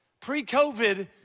Pre-COVID